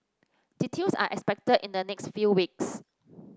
details are expected in the next few weeks